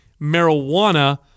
marijuana